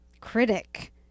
critic